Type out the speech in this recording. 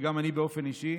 גם איתי באופן אישי,